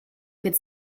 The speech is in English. could